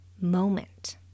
moment